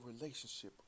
relationship